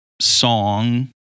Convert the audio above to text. song